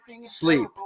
sleep